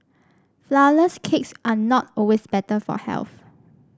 flourless cakes are not always better for health